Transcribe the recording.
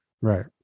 right